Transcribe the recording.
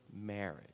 marriage